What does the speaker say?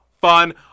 fun